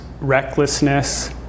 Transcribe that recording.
recklessness